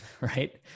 right